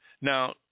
Now